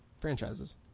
franchises